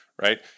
right